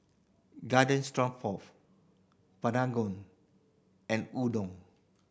Garden and Udon